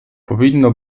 powinno